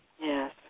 Yes